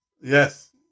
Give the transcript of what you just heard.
Yes